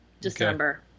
December